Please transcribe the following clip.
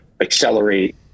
accelerate